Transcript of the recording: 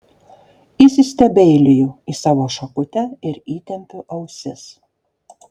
įsistebeiliju į savo šakutę ir įtempiu ausis